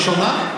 זו הראשונה?